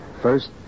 First